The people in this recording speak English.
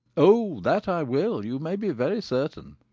oh that i will, you may be very certain!